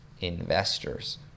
Investors